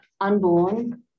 unborn